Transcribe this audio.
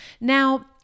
Now